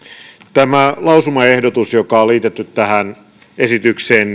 tämä lausumaehdotus joka on liitetty tähän esitykseen